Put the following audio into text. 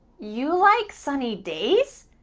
you like sunny days?